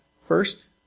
first